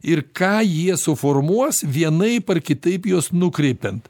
ir ką jie suformuos vienaip ar kitaip juos nukreipiant